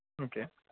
okay